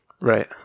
Right